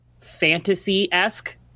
fantasy-esque